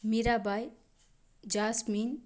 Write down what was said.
Mirabai jasmine